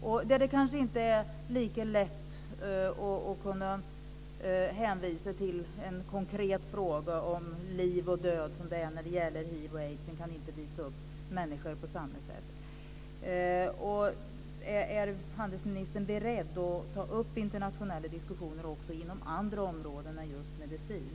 Här är det kanske inte lika lätt att hänvisa till en konkret fråga om liv och död som det är när det gäller hiv och aids. Man kan inte visa upp människor på samma sätt. Är handelsministern beredd att ta upp internationella diskussioner på andra områden än just inom medicin?